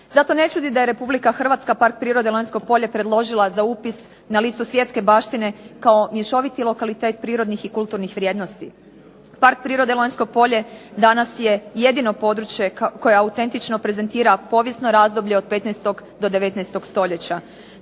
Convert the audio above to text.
Zato ne čudi da je Republika Hrvatska Park prirode Lonjsko polje predložila za upis na listu svjetske baštine kao mješoviti lokalitet prirodnih i kulturnih vrijednosti. Park prirode Lonjsko polje danas je jedino područje koje autentično prezentira povijesno razdoblje od 15. do 19. stoljeća.